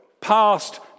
past